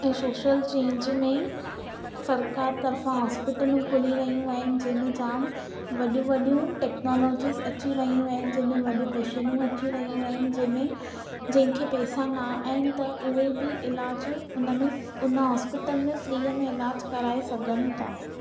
ऐं social change में सरकारु तरफ़ा हॉस्पिटल खुली वयूं आहिनि जंहिंमें जाम वॾियूं वॾियूं टेक्नोलॉजिस अची वयूं आहिनि जंहिंमें मशीनूं अची वयूं आहिनि जंहिंमें जंहिंखे पैसा न आहिनि त उहो बि इलाजु हुनमें हुन हॉस्पिटल में फ्रीअ में इलाजु करवाए सघनि था